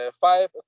Five